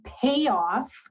payoff